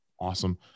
awesome